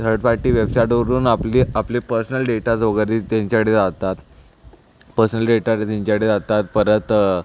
third party वेबसाईटवरून आपले आपले पर्सनल डेटाज वगैरे त्यांच्याकडे जातात पर्सनल डेटा त्यांच्याकडे जातात परत